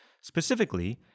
specifically